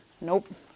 nope